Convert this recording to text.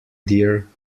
dear